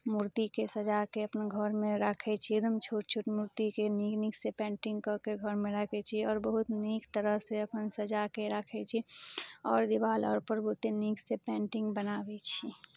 मूर्तिके सजाके अपन घरमे राखय छी एकदम छोट छोट मूर्तिके नीक नीकसँ पेन्टिंग कऽके घरमे राखय छी आओर बहुत नीक तरहसँ अपन सजाके राखय छी आओर देवाल अरपर बहुते नीकसँ पेन्टिंग बनाबय छी